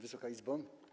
Wysoka Izbo!